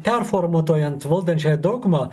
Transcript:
performuotojant valdančiąją daugumą